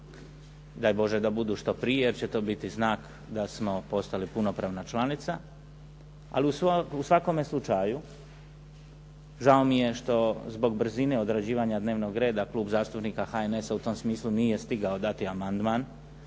daj Bože da budu što prije jer će to biti znak da smo postali punopravna članica, ali u svakome slučaju, žao mi je što zbog brzine odrađivanja dnevnog reda Klub zastupnika HNS-a u tom smislu nije stigao dati amandman,